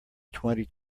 twenty